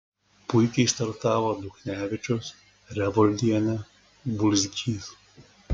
puikiai startavo duchnevičius revoldienė bulzgys